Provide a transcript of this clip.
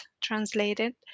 translated